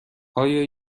آیا